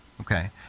okay